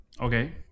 Okay